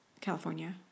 California